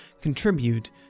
contribute